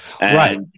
Right